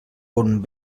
bon